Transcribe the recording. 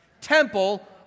temple